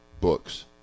books